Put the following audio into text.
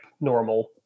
normal